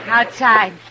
Outside